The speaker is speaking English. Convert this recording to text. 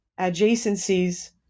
adjacencies